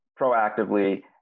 proactively